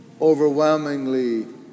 overwhelmingly